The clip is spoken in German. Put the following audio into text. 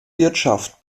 wirtschaft